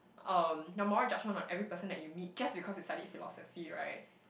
um your moral judgement on every person that you meet just because you studied philosophy right